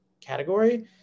category